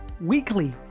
weekly